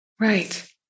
Right